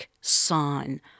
sign